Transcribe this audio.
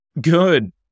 Good